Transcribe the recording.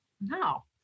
No